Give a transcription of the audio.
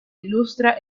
ilustra